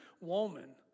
woman